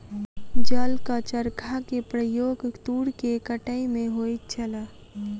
जलक चरखा के प्रयोग तूर के कटै में होइत छल